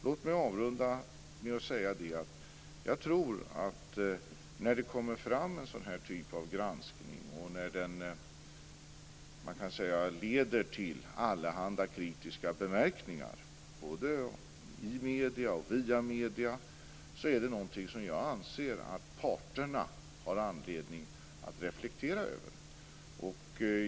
Låt mig avrunda med att säga att jag tror att när det kommer fram en sådan här typ av granskning som leder till allehanda kritiska bemärkningar - både i och via medierna - så är det något som jag anser att parterna har anledning att reflektera över.